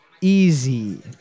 easy